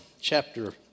chapter